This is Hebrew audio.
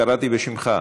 קראתי בשמך,